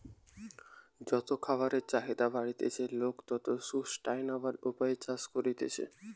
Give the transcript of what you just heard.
যত খাবারের চাহিদা বাড়তিছে, লোক তত সুস্টাইনাবল উপায়ে চাষ করতিছে